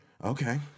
Okay